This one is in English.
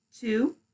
Two